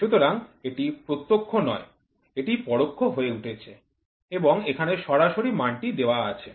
সুতরাং এটি প্রত্যক্ষ নয় এটি পরোক্ষ হয়ে উঠেছে এবং এখানে সরাসরি মানটি দেওয়া আছে